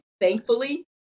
thankfully